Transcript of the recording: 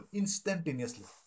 instantaneously